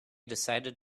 decided